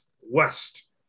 west